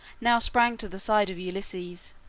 now sprang to the side of ulysses.